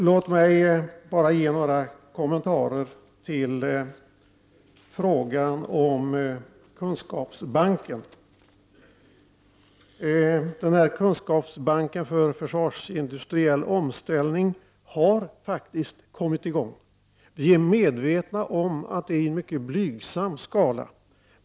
Låt mig ge några kommentarer när det gäller frågan om kunskapsbanken. Denna kunskapsbank för försvarsindustriell omställning har faktiskt kommit i gång. Vi är medvetna om att det skett i en mycket blygsam skala.